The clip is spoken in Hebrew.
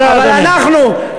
אבל אנחנו,